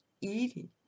eating